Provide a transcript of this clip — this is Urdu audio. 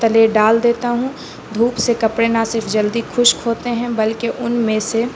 تلے ڈال دیتا ہوں دھوپ سے کپڑے نہ صرف جلدی خشک ہوتے ہیں بلکہ ان میں سے